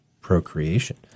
procreation